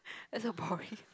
that's so boring